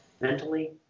mentally